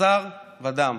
בשר ודם.